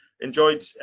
enjoyed